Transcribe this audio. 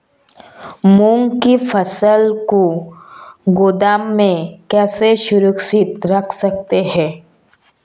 मूंग की फसल को गोदाम में कैसे सुरक्षित रख सकते हैं?